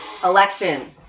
Election